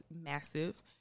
massive